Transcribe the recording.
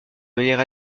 manière